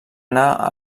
anar